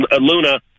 Luna